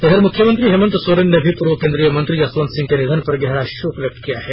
इधर मुख्यमंत्री हेमन्त सोरेन ने भी पूर्व केंद्रीय मंत्री जसवंत सिंह के निधन पर गहरा शोक व्यक्त किया है